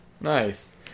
Nice